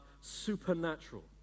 supernatural